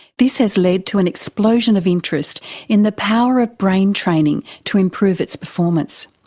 this has led to an explosion of interest in the power of brain training to improve its performance.